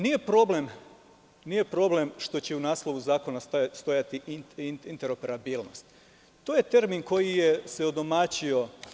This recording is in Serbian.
Nije problem što će u naslovu zakona stajati interoperabilnost, to je termin koji se odomaćio.